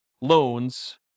loans